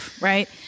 right